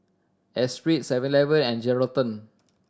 Espirit Seven Eleven and Geraldton